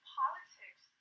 politics